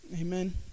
Amen